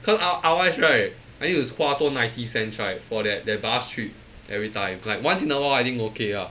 cause ah otherwise right I need to 花多 ninety cents right for that that bus trip everytime like once in a while I think okay ah